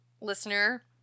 listener